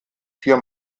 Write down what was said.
vier